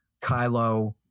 Kylo